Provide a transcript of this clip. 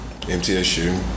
MTSU